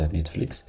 Netflix